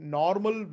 normal